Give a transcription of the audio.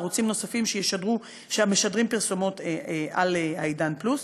ערוצים נוספים המשדרים פרסומות על "עידן פלוס".